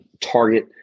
target